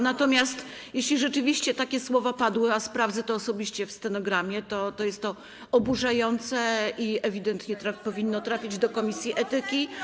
Natomiast jeśli rzeczywiście takie słowa padły, a sprawdzę to osobiście w stenogramie, to jest to oburzające i ewidentnie powinno trafić do komisji etyki.